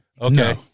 Okay